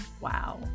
Wow